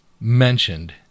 mentioned